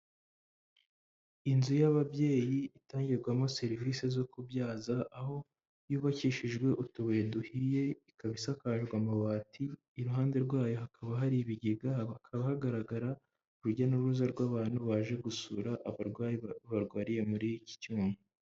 Inzu y'ababyeyi itangirwamo serivisi zo kubyaza, aho yubakishijwe utubuye duhiye ikaba isakajwe amabati iruhande rwayo hakaba hari ibigega, hakaba hagaragara urujya n'uruza rw'abantu baje gusura abarwayi barwariye muri iki cyumba.